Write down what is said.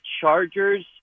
Chargers